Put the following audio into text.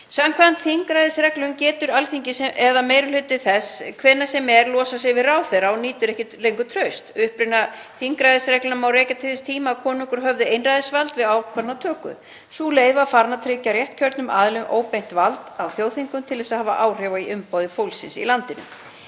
Samkvæmt þingræðisreglunni getur Alþingi eða meiri hluti þess hvenær sem er losað sig við ráðherra sem nýtur ekki lengur trausts. Uppruna þingræðisreglunnar má rekja til þess tíma þegar konungar höfðu einræðisvald við ákvarðanatöku. Sú leið var farin að tryggja réttkjörnum aðilum óbeint vald á þjóðþingum til að hafa áhrif í umboði fólksins í landinu.